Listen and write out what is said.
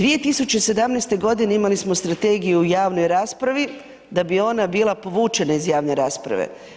2017. godine imali smo strategiju u javnoj raspravi da bi ona bila povučena iz javne rasprave.